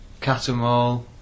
Catamall